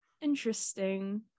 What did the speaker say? interesting